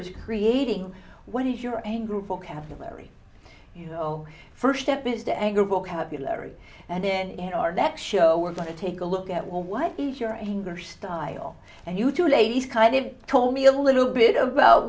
's creating when you're angry vocabulary you know first step is to anger vocabulary and then in our next show we're going to take a look at well what is your anger style and you two ladies kind of told me a little bit about